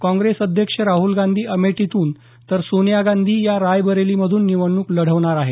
काँग्रेस अध्यक्ष राहूल गांधी अमेठीतून तर सोनिया गांधी या रायबरेलीमधून निवडणूक लढवणार आहेत